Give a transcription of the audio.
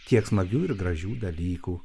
tiek smagių ir gražių dalykų